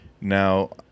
Now